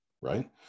right